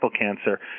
cancer